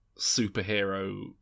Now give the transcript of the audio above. superhero